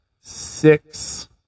six